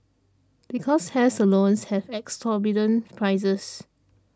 because hair salons have exorbitant prices